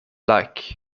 like